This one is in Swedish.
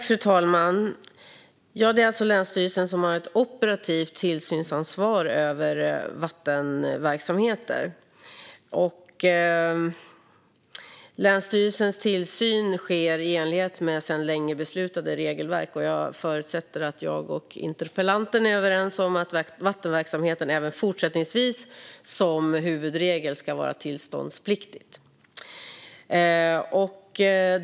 Fru talman! Det är alltså länsstyrelserna som har ett operativt tillsynsansvar över vattenverksamheter. Länsstyrelsernas tillsyn sker i enlighet med sedan länge beslutade regelverk, och jag förutsätter att jag och interpellanten är överens om att vattenverksamhet som huvudregel ska vara tillståndspliktig även fortsättningsvis.